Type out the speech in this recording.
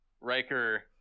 Riker